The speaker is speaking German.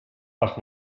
ach